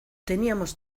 teníamos